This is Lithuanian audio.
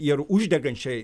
ir uždegančiai